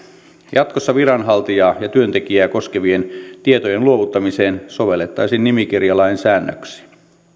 jatkossa viranhaltijaa ja työntekijää koskevien tietojen luovuttamiseen sovellettaisiin nimikirjalain säännöksiä